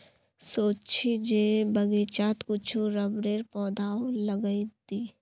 सोच छि जे बगीचात कुछू रबरेर पौधाओ लगइ दी